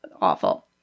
Awful